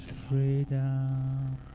freedom